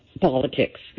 politics